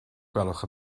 gwelwch